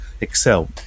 excel